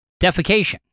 defecation